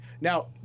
Now